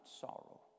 sorrow